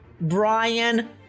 Brian